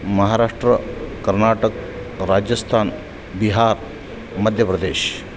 Maharashtra Karnataka Rajasthan Bihar Madhya Pradesh